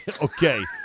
Okay